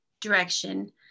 direction